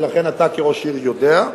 ולכן אתה כראש עיר יודע,